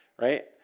right